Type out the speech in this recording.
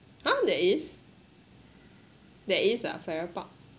!huh! there is there is ah farrer park